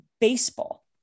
baseball